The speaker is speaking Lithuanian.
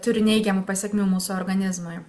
turi neigiamų pasekmių mūsų organizmui